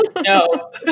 No